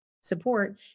support